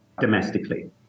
domestically